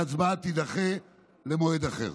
וההצבעה תידחה למועד אחר.